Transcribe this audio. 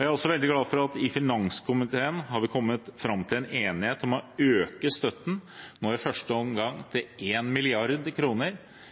Jeg er også veldig glad for at vi i finanskomiteen har kommet fram til en enighet om å øke støtten, i første omgang til 1 mrd. kr,